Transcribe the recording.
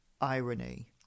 irony